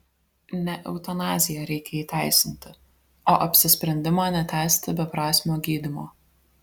ne eutanaziją reikia įteisinti o apsisprendimą netęsti beprasmio gydymo